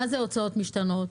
משתנות?